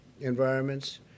environments